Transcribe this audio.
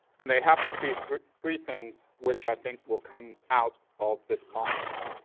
and they happen to be three three things which i think will come out of this partnership.